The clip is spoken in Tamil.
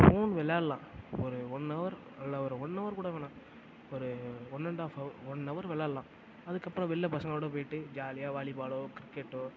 ஃபோன் விளையாடலாம் ஒரு ஒன் ஹவர் இல்லை ஒரு ஒன் ஹவர் கூட வேணாம் ஒரு one and half hour one hour விளையாடலாம் அதுக்கு அப்புறம் வெளில பசங்களோட போய்ட்டு ஜாலியாக வாலிபாலோ கிரிக்கெட்டோ